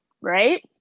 right